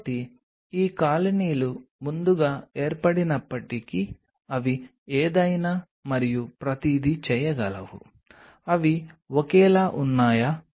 కాబట్టి ఈ కాలనీలు ముందుగా ఏర్పడినప్పటికి అవి ఏదైనా మరియు ప్రతిదీ చేయగలవు అవి ఒకేలా ఉన్నాయా